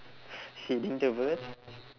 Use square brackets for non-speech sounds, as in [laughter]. [breath] feeding the bird